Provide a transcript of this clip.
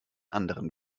anderen